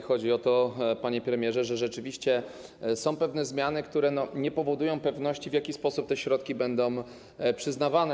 Chodzi o to, panie premierze, że rzeczywiście są pewne zmiany, które nie dają pewności, w jaki sposób te środki będą przyznawane.